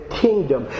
kingdom